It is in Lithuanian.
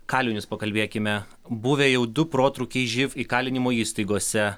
kalinius pakalbėkime buvę jau du protrūkiai živ įkalinimo įstaigose